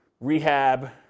rehab